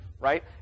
right